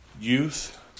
youth